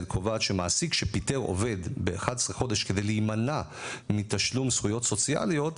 קובעת שהמעסיק שפיטר עובד ב-11 חודש בכדי להימנע מתשלום זכויות סוציאליות,